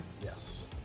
yes